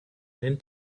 nennt